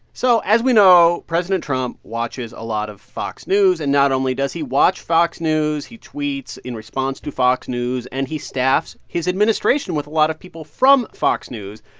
so as we know, president trump watches a lot of fox news. and not only does he watch fox news. he tweets in response to fox news. and he staffs his administration with a lot of people from fox news.